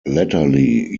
latterly